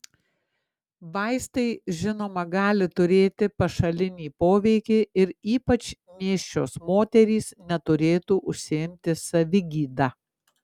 vaistai žinoma gali turėti pašalinį poveikį ir ypač nėščios moterys neturėtų užsiimti savigyda